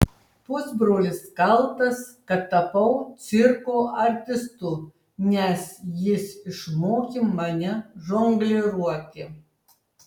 pusbrolis kaltas kad tapau cirko artistu nes jis išmokė mane žongliruoti